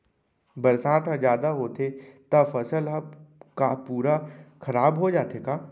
बरसात ह जादा होथे त फसल ह का पूरा खराब हो जाथे का?